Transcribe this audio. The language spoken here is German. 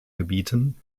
gebieten